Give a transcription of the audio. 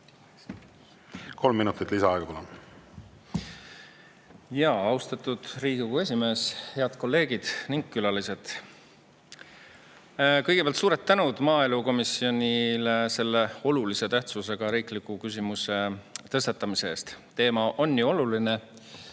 Kolm minutit lisaaega. Austatud Riigikogu esimees! Head kolleegid ja külalised! Kõigepealt suur tänu maaelukomisjonile selle olulise tähtsusega riikliku küsimuse tõstatamise eest! Teema on oluline